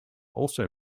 also